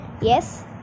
Yes